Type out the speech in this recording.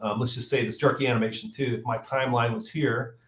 um let's just say this jerky animation two, if my timeline was here,